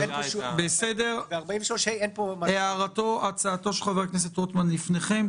הצעתו של חבר הכנסת רוטמן לפניכם.